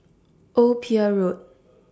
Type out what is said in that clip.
Old Pier Road